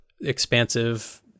expansive